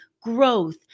growth